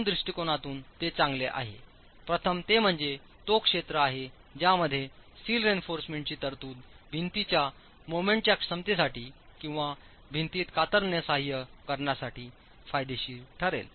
दोन दृष्टिकोनातून ते चांगले आहे प्रथम ते म्हणजे तो क्षेत्र आहे ज्यामध्ये स्टील रेइन्फॉर्समेंटची तरतूद भिंतीच्या मोमेंट च्या क्षमतेसाठी किंवा भिंतीत कातरणे सहाय्य करण्यासाठी फायदेशीर ठरेल